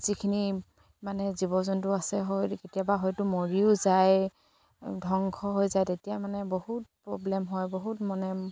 যিখিনি মানে জীৱ জন্তু আছে হয় কেতিয়াবা হয়তো মৰিও যায় ধ্বংস হৈ যায় তেতিয়া মানে বহুত প্ৰব্লেম হয় বহুত মানে